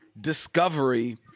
discovery